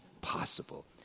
possible